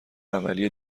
عملی